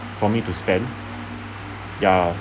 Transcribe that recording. for me to spend ya